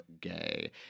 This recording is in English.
gay